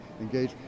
engage